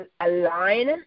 align